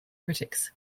critics